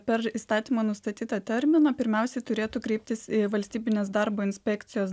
per įstatymo nustatytą terminą pirmiausiai turėtų kreiptis į valstybinės darbo inspekcijos